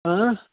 اۭں